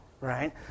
right